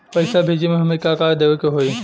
पैसा भेजे में हमे का का देवे के होई?